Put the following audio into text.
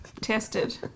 tested